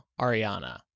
Ariana